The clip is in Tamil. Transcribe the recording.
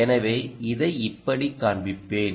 எனவே இதை இப்படி காண்பிப்பேன்